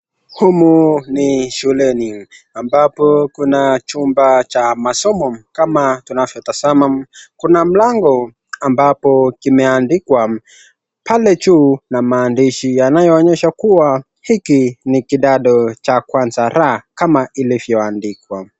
Humu ni shuleni ambapo kuna chumba cha masomo, kama tunavyotazama kuna mlango ambapo kimeandikwa pale juu na maandishi yanayoonyesha kuwa hiki ni kidato cha kwaza R kama ilivyoandikwa.